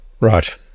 Right